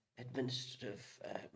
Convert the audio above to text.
administrative